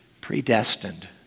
predestined